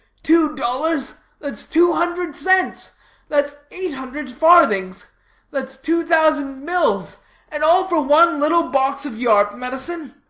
two dollars, that's two hundred cents that's eight hundred farthings that's two thousand mills and all for one little box of yarb-medicine.